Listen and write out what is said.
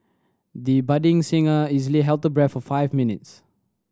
the budding singer easily held the breath for five minutes